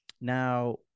Now